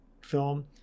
film